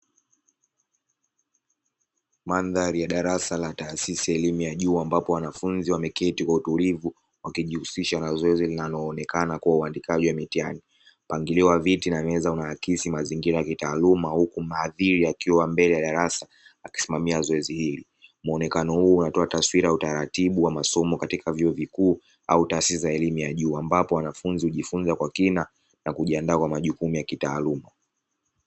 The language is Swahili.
Maandhali ya darasa ya taasisi ya elimu ya juu ambapo wanafunzi wameketi kwa utulivu wakijihusisha na zoezi linaloonekana kuwa uandikaji wa mitihani, mpangilio wa viti na meza unaakisi kuwa mazingira kitaaluma huku mhadhiri akiwa mbele ya darasa akisimamia zoezi hili, muonekano huu unatoa taswira ya masomo katika vyuo vikuu au taasisi ya elimu ya juu, ambapo wanafunzi kwa kina kujiandaa katika majukumu ya kitaaluma.